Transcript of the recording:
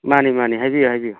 ꯃꯥꯅꯤ ꯃꯥꯅꯤ ꯍꯥꯏꯕꯤꯌꯨ ꯍꯥꯏꯕꯤꯌꯨ